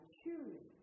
choose